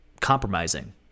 compromising